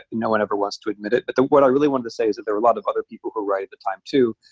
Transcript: no one ever wants to admit it. but what i really wanted to say is that there were a lot of other people who were right at the time too,